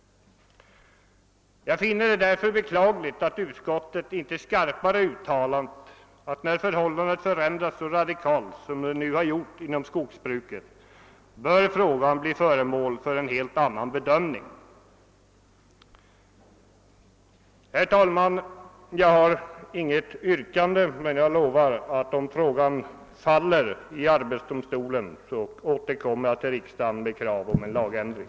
Jag finner det därför beklagligt att utskottet inte skarpare uttalat att, när förhållandena förändrats så radikalt som nu skett inom skogsbruket, frågan bör bli föremål för en helt annan bedömning. Herr talman! Jag har inget yrkande men lovar att jag, om frågan faller i arbetsdomstolen, skall återkomma = till riksdagen med krav på lagändring.